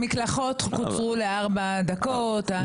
המקלחות קוצרו לארבע דקות.